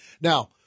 Now